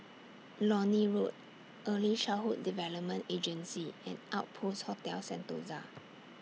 Lornie Road Early Childhood Development Agency and Outpost Hotel Sentosa